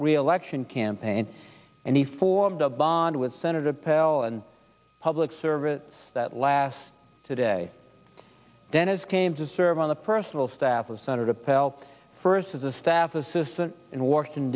reelection campaign and he formed a bond with senator pell and public service that last today dennis came to serve on the personal staff of senator pell first as a staff assistant in washington